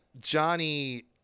johnny